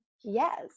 Yes